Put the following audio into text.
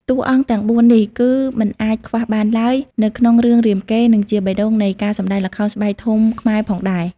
តួអង្គទាំងបួននេះ គឺមិនអាចខ្វះបានឡើយនៅក្នុងរឿងរាមកេរ្តិ៍ និងជាបេះដូងនៃការសម្ដែងល្ខោនស្បែកធំខ្មែរផងដែរ ។